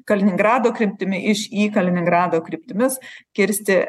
kaliningrado kryptimi iš į kaliningrado kryptimis kirsti